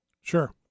Sure